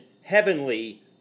heavenly